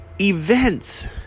Events